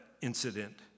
incident